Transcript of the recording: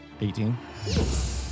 18